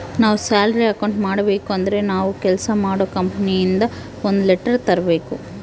ನಾವ್ salary account ಮಾಡಬೇಕು ಅಂದ್ರೆ ನಾವು ಕೆಲ್ಸ ಮಾಡೋ ಕಂಪನಿ ಇಂದ ಒಂದ್ ಲೆಟರ್ ತರ್ಬೇಕು